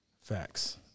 Facts